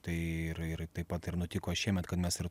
tai ir ir taip pat ir nutiko šiemet kad mes ir